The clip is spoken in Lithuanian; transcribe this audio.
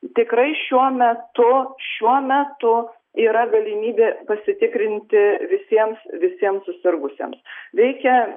tikrai šiuo metu šiuo metu yra galimybė pasitikrinti visiems visiems susirgusiems veikia